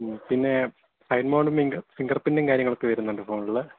മ് പിന്നെ ഫിംഗർ പ്രിൻറും കാര്യങ്ങളൊക്കെ വരുന്നുണ്ട് ഫോണിൽ